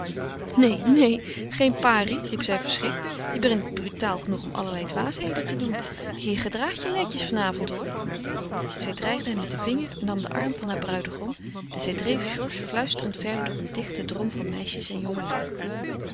neen neen geen pari riep zij verschrikt je bent brutaal genoeg om allerlei dwaasheden te doen je gedraagt je netjes vanavond hoor zij dreigde hem met den vinger en nam den arm van haar bruidegom en zij dreef georges fluisterend verder door een dichten drom van meisjes en jongelui